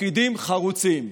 ופקידים חרוצים.